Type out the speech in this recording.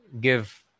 give